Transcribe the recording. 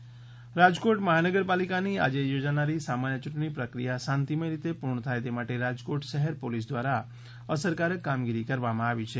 મહાનગરપાલિકા ચૂંટણી તૈયારી રાજકોટ મહાનગરપાલિકાની આજે યોજાનારી સામાન્ય યૂંટણી પ્રક્રિયા શાંતિમય રીતે પૂર્ણ થાય તે માટે રાજકોટ શહેર પોલીસ દ્વારા અસરકારક કામગીરી કરવામાં આવી છે